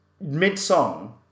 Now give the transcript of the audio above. mid-song